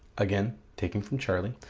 again taking from charli,